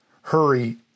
hurry